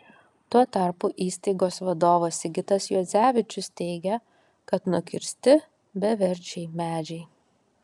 tuo tarpu įstaigos vadovas sigitas juodzevičius teigia kad nukirsti beverčiai medžiai